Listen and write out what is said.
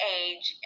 age